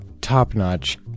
Top-notch